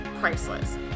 priceless